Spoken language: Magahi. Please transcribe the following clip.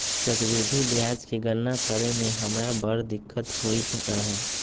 चक्रवृद्धि ब्याज के गणना करे में हमरा बड़ दिक्कत होइत रहै